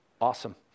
Awesome